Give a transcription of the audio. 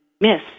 miss